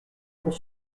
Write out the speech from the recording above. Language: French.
pour